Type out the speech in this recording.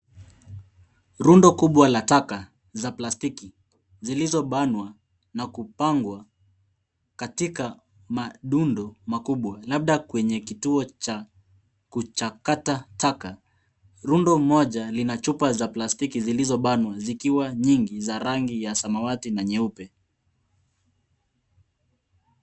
Rundo kubwa la taka za plastiki zilizobanwa na kupangwa katika madundo makubwa labda kwenye kituo cha kuchakata taka. Rundo moja lina chupa za plastiki zilizobanwa zikiwa nyingi za rangi ya samawati na nyeupe.